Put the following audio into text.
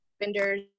vendors